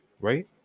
right